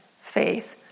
faith